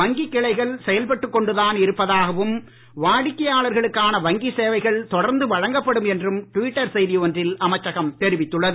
வங்கிக் கிளைகள் செயல்பட்டுக் கொண்டுதான் இருப்பதாகவும் வாடிக்கையாளர்களுக்கான வங்கி சேவைகள் தொடர்ந்து வழங்கப்படும் என்றும் ட்விட்டர் செய்தி ஒன்றில் அமைச்சகம் தெரிவித்துள்ளது